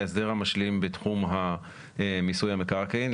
ההסדר המשלים בתחום מיסוי המקרקעין.